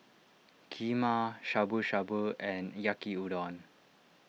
Kheema Shabu Shabu and Yaki Udon